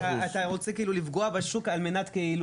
אתה רוצה כאילו לפגוע בשוק על מנת כאילו